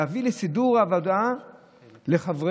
להביא לסידור עבודה לחברי